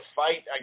fight